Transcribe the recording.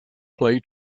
play